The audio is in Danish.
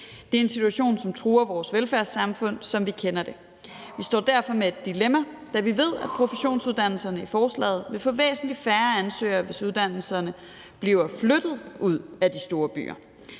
Det er en situation, som truer vores velfærdssamfund, som vi kender det. Vi står derfor med et dilemma, da vi ved, at de professionsuddannelser, der nævnes i forslaget, vil få væsentlig færre ansøgere, hvis uddannelserne bliver flyttet ud af de store byer.